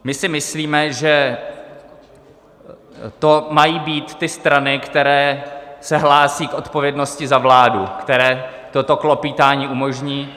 My si myslíme, že to mají být ty strany, které se hlásí k odpovědnosti za vládu, které toto klopýtání umožní.